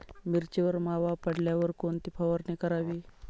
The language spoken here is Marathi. मिरचीवर मावा पडल्यावर कोणती फवारणी करावी?